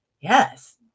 Yes